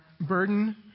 burden